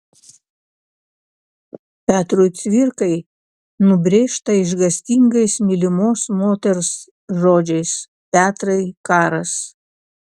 petrui cvirkai nubrėžta išgąstingais mylimos moters žodžiais petrai karas